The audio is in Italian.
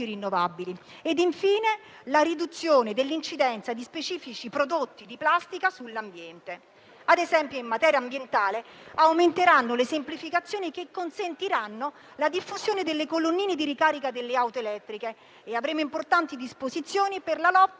rinnovabili e, infine, la riduzione dell'incidenza di specifici prodotti di plastica sull'ambiente. In materia ambientale - ad esempio - aumenteranno le semplificazioni che consentiranno la diffusione delle colonnine di ricarica delle auto elettriche e avremo importanti disposizioni per la lotta